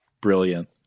Brilliant